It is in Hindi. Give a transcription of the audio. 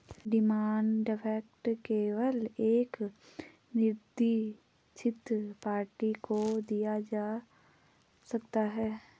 डिमांड ड्राफ्ट केवल एक निरदीक्षित पार्टी को दिया जा सकता है